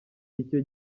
icyo